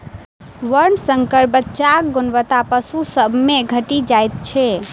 वर्णशंकर बच्चाक गुणवत्ता पशु सभ मे घटि जाइत छै